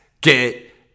get